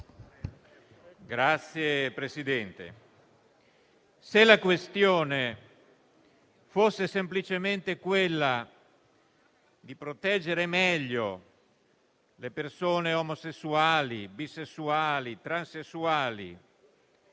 Signor Presidente, se la questione fosse semplicemente quella di proteggere meglio le persone omosessuali, bisessuali e transessuali